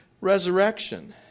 resurrection